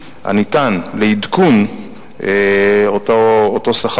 ירוק, זה שטח עתיק שאנחנו רוצים לשמר אותו.